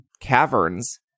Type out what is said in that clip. caverns